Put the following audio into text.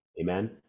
Amen